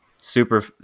super